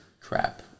crap